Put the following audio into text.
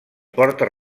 portes